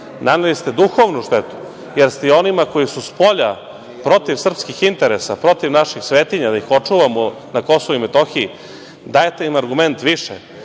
naneli ste duhovnu štetu, jer ste i onima koji su spolja protiv srpskih interesa, protiv naših svetinja, da ih očuvamo na Kosovu i Metohiji, dajete im argument više